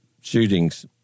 shootings